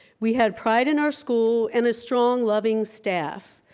we had pride in our school and a strong, loving staff.